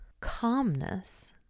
calmness